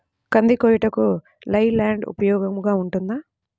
కంది కోయుటకు లై ల్యాండ్ ఉపయోగముగా ఉంటుందా?